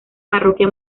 parroquia